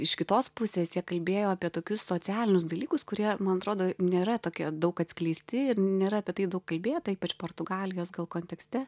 iš kitos pusės jie kalbėjo apie tokius socialinius dalykus kurie man atrodo nėra tokie daug atskleisti ir nėra apie tai daug kalbėta ypač portugalijos gal kontekste